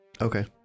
Okay